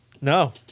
No